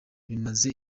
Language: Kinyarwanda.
bimaze